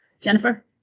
Jennifer